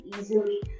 easily